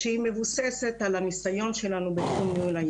שמבוססת על הניסיון שלנו בתחום ניהול ה